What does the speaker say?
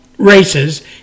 Races